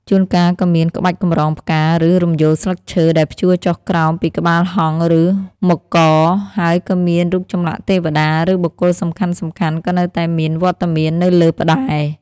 ជួនកាលក៏មាន ក្បាច់កម្រងផ្កា ឬ រំយោលស្លឹកឈើ ដែលព្យួរចុះក្រោមពីក្បាលហង្ស ឬមករ ហើយក៏មានរូបចម្លាក់ទេវតា ឬបុគ្គលសំខាន់ៗក៏នៅតែមានវត្តមាននៅលើផ្តែរ។